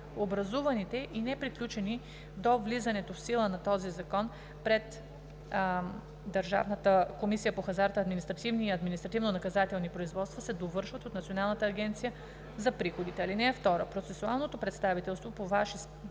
Образуваните и неприключени до влизането в сила на този закон пред Държавната комисия по хазарта административни и административнонаказателни производства се довършват от Националната агенция за приходите. (2) Процесуалното представителство по висящи